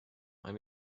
ein